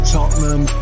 Tottenham